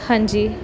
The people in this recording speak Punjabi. ਹਾਂਜੀ